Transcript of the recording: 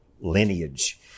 lineage